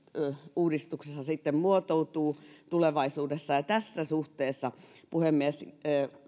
verouudistuksessa sitten muotoutuu tulevaisuudessa tässä suhteessa puhemies